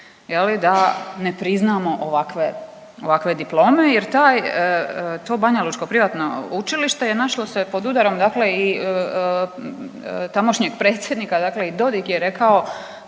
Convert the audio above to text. da ne priznamo ovakve diplome jer to banjalučko privatno učilište našlo se pod udarom i tamošnjeg predsjednika, dakle i Dodik je rekao